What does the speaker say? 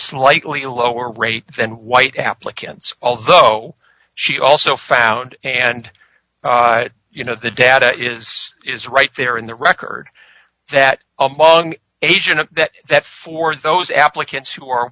slightly lower rate than white applicants although she also found and you know the data is is right there in the record that among that that's for those applicants who are